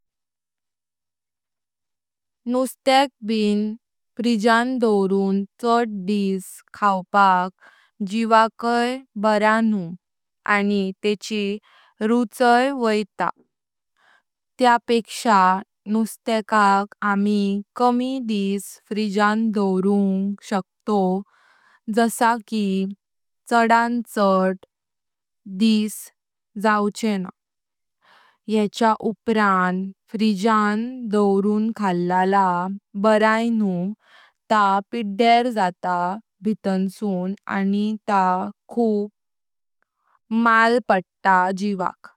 नुस्त्याक ब फ्रिजे दव्रून छड दिवस खाऊपाक जीवाकय बरा अनुभव न्हू आनि तेंची रूचाय वैता। त्या पेक्ष्या नुस्त्याक आमी कमी दिवस फ्रिजे दव्रूंग शकतोव जसा की छडान छड तीन दिवस। याच्या उपरान फ्रिजे दव्रून खालाका बरा अनुभव न्हू तां पिडयर जाता भीतूनसूं आनि तां खूप मालं पडता जीवाक।